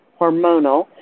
hormonal